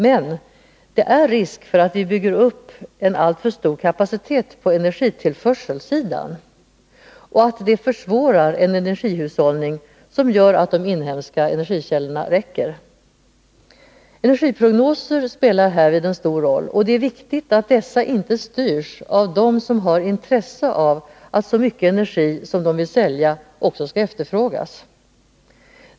Men det är risk för att vi bygger upp en alltför stor kapacitet på energitillförselsidan och att det försvårar en energihushållning som gör att de inhemska energikällorna räcker. Energiprognoser spelar härvid en stor roll, och det är viktigt att dessa inte styrs av dem som har intresse av att så mycket energi som de vill sälja också skall efterfrågas.